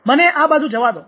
મને આ બાજુ જવા દો